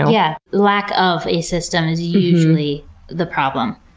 yeah, lack of a system is usually the problem.